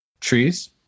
trees